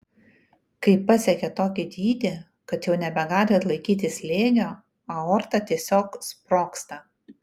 kai pasiekia tokį dydį kad jau nebegali atlaikyti slėgio aorta tiesiog sprogsta